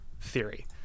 theory